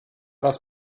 das